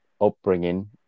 upbringing